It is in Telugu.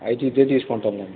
అయితే ఇదే తీసుకుంటానులెండి